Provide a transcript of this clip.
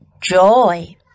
joy